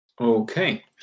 Okay